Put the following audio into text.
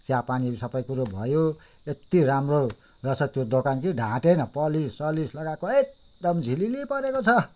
चिया पानी पनि सबै कुरो भयो यत्ति राम्रो रहेछ त्यो दोकान कि ढाँटेन पलिस सलिस लगाएको एकदम झिलिलि परेको छ